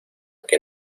que